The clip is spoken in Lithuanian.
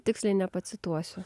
tiksliai nepacituosiu